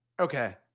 Okay